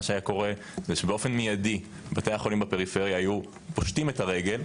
מה שהיה קורה זה שבאופן מיידי בתי החולים בפריפריה היו פושטים את הרגל,